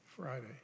Friday